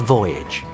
Voyage